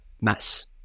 mass